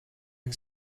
and